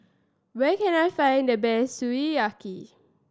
where can I find the best Sukiyaki